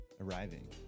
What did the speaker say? arriving